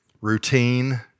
routine